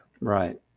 Right